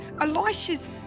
Elisha's